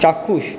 চাক্ষুষ